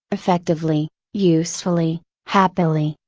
effectively, usefully, happily,